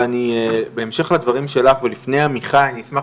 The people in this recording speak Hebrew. ואני בהמשך לדברים שלך ולפני עמיחי אני אשמח